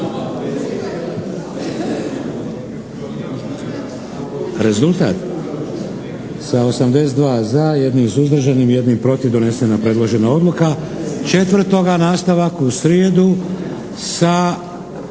Rezultat? Sa 82 za, jednim suzdržanim i jednim protiv donesena je predložena odluka. 4. nastavak u srijedu sa